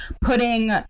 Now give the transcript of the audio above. putting